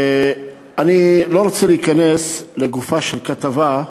אני לא רוצה להיכנס לגופה של כתבה,